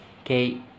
okay